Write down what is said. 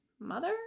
mother